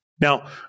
Now